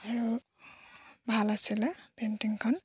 আৰু ভাল আছিলে পেইণ্টিংখন